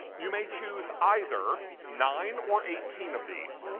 you may choose either nine or eighteen of these.